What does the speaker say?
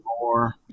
more